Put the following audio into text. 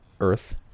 Earth